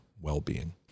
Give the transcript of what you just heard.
well-being